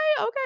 okay